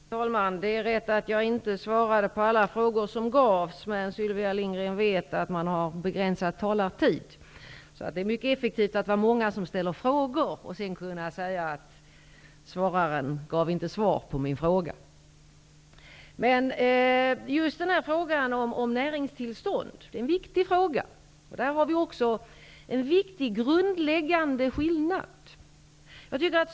Fru talman! Det är rätt att jag inte svarade på alla frågor som ställdes, men Sylvia Lindgren vet att man har begränsad talartid. När det är många som ställer frågor är det därför mycket effektivt att kunna säga att man inte fick något svar på sin egen fråga. Frågan om näringstillstånd är viktig, och i den frågan finns det en viktig och grundläggande skillnad i våra uppfattningar.